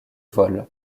vol